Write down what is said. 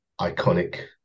iconic